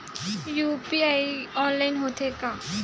UPI online होथे का?